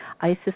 Isis